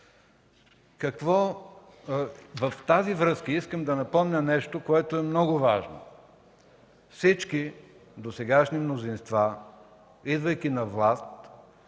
В тази връзка искам да напомня нещо много важно. Всички досегашни мнозинства, идвайки на власт,